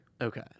Okay